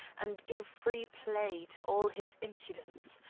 and give free play to all his impudence.